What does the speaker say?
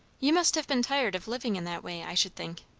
you must have been tired of living in that way, i should think.